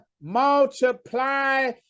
multiply